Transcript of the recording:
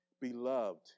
Beloved